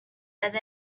have